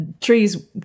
trees